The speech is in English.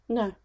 no